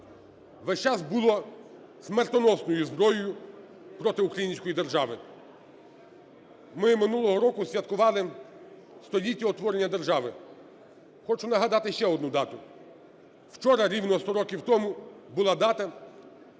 весь час було смертоносною зброєю проти української держави. Ми минулого року святкували століття утворення держави. Хочу нагадати ще одну дату. Вчора рівно 100 років тому була дата,